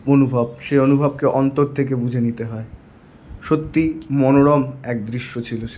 অনুভব সে অনুভবকে অন্তর থেকে বুঝে নিতে হয় সত্যি মনোরম এক দৃশ্য ছিল সে